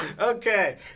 Okay